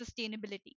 sustainability